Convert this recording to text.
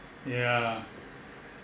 yeah